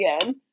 again